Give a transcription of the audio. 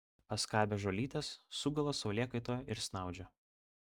paskabę žolytės sugula saulėkaitoje ir snaudžia